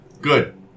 Good